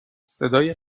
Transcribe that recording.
صدای